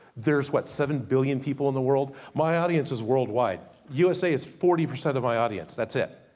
there's what, seven billion people in the world. my audience is world wide. u s a. is forty percent of my audience, that's it.